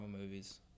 movies